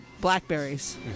blackberries